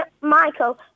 Michael